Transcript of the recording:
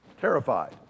terrified